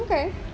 okay